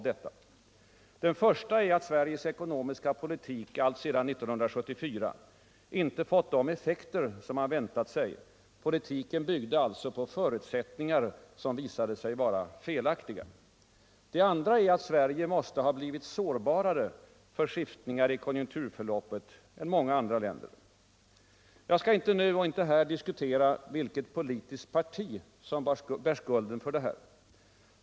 Den första är att Sveriges ekonomiska politik alltsedan 1974 inte fått de effekter som man väntat sig. Politiken byggde alltså på förutsättningar som Finansdebatt Finansdebatt visade sig vara felaktiga. Det andra är att Sverige måste ha blivit sårbarare för skiftningar i konjunkturförloppet än många andra länder. Jag skall inte nu och här diskutera vilket politiskt parti som bär skulden för det här.